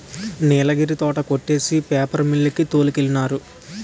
నీలగిరి తోట కొట్టేసి paper mill కి తోలికెళ్ళినారు